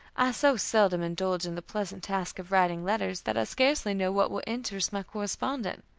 i so seldom indulge in the pleasant task of writing letters that i scarcely know what will interest my correspondent,